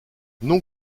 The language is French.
non